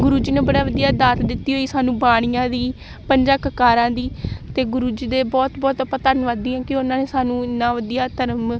ਗੁਰੂ ਜੀ ਨੇ ਬੜਾ ਵਧੀਆ ਦਾਤ ਦਿੱਤੀ ਹੋਈ ਸਾਨੂੰ ਬਾਣੀਆਂ ਦੀ ਪੰਜਾਂ ਕਕਾਰਾਂ ਦੀ ਅਤੇ ਗੁਰੂ ਜੀ ਦੇ ਬਹੁਤ ਬਹੁਤ ਆਪਾਂ ਧੰਨਵਾਦੀ ਹਾਂ ਕਿ ਉਹਨਾਂ ਨੇ ਸਾਨੂੰ ਇੰਨਾਂ ਵਧੀਆ ਧਰਮ